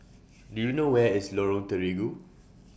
Do YOU know Where IS Lorong Terigu